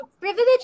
privilege